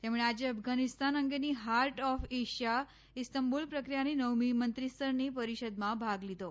તેમણે આજે અફઘાનિસ્તાન અંગેની હાર્ટ ઓફ એશિયા ઇસ્તંબુલ પ્રક્રિયાની નવમી મંત્રીસ્તરની પરિષદમાં ભાગ લીધો